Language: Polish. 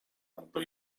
albo